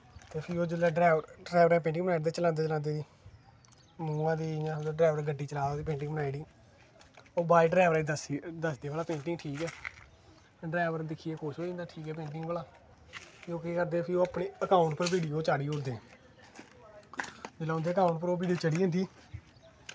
ठीक ऐ जिसलै ड्रैबरै दी पेंटिंग बनाई ओड़दे चलांदे चलांदे मुहां दी इयां समझो ड्रैवर गड्डी चला दा ते पेंटिंग बनाई ओड़ी ओह् बाद च डॅैवरा गी दसदे भला पेंटिंग ठीक ऐ ड्रैवर दी दिक्खियै खुश होई जंदा कि ठीक ऐ पेंटिंग भला ओह् केह् करदे फ्ही अपनें अकाउंट पर बीडियो चाढ़ी ओड़दे जिसलै उंदे अकाउंट पर ओह् वीडियो चढ़ी जंदी